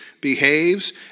behaves